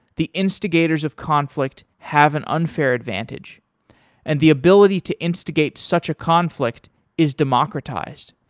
the instigators of conflict have an unfair advantage and the ability to instigate such a conflict is democratized.